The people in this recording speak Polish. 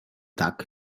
tak